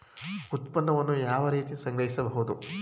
ಉತ್ಪನ್ನವನ್ನು ಯಾವ ರೀತಿ ಸಂಗ್ರಹಿಸಬಹುದು?